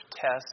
test